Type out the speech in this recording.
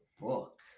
book